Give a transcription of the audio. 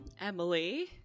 Emily